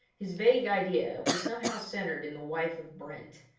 his vague idea was somehow centred in the wife of brent,